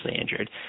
injured